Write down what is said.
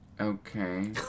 Okay